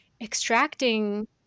extracting